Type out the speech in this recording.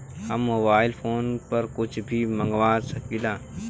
हम mobile phone पर कुछ भी मंगवा सकिला?